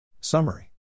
Summary